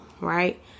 Right